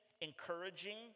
encouraging